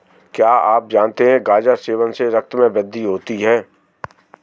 क्या आप जानते है गाजर सेवन से रक्त में वृद्धि होती है?